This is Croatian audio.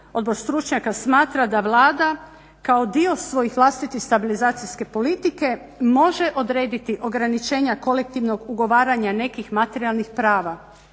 odbor stručnjaka smatra da Vlada kao dio svojih vlastitih stabilizacijske politike može odrediti ograničenja kolektivnog ugovaranja nekih materijalnih prava.